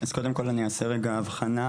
אז קודם כול, אני אעשה רגע הבחנה.